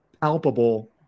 palpable